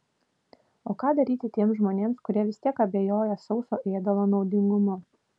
o ką daryti tiems žmonėms kurie vis tiek abejoja sauso ėdalo naudingumu